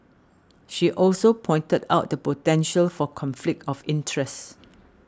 she also pointed out the potential for conflict of interest